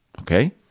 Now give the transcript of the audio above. Okay